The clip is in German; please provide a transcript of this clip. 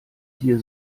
hier